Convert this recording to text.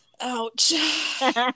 Ouch